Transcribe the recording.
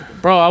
bro